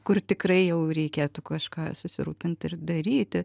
kur tikrai jau reikėtų kažką susirūpint ir daryti